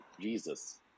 Jesus